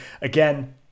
again